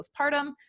postpartum